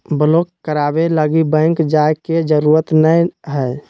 block कराबे लगी bank जाय के जरूरत नयय हइ